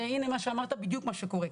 והנה - מה שאמרת זה בדיוק מה שקורה.